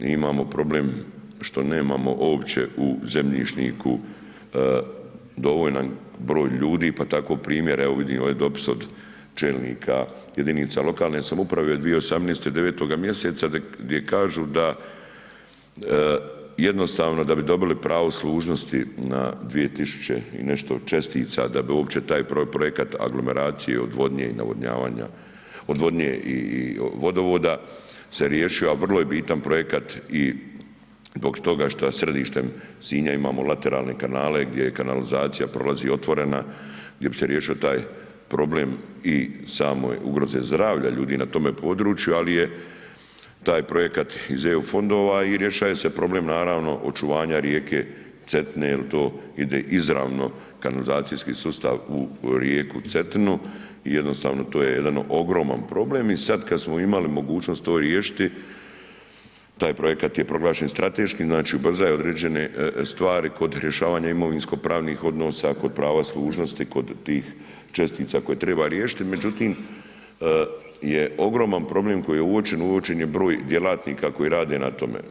Mi imamo problem što nemamo uopće u zemljišniku dovoljan broj ljudi, pa tako primjer, evo, vidim ovaj dopis od čelnika jedinica lokalne samouprave 2018., 9. mj. gdje kažu da jednostavno da bi dobili pravo služnosti na 2000 i nešto čestica, da bi uopće taj projekat aglomeracije, odvodnje i navodnjavanja, odvodnje i vodovoda se riješio, a vrlo je bitan projekat i zbog toga što središtem Sinja imamo lateralne kanale gdje je kanalizacija prolazi otvorena, da bi se riješio taj problem i samoj ugrozi zdravlja ljudi na tome području, ali je taj projekat iz EU fondova i rješava se problem, naravno očuvanja rijeke Cetine jer to ide izravno kanalizacijski sustav u rijeku Cetinu i jednostavno, to je jedan ogroman problem i sad kad smo imali mogućnost to riješiti, taj projekat je proglašen strateškim, znači ubrzava određene stvari kod rješavanja imovinsko-pravih odnosa, kod prava služnosti, kod tih čestica koje treba riješiti, međutim je ogroman problem koji je uočen, uočen je broj djelatnika koji rade na tome.